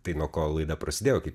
tai nuo ko laida prasidėjo kaip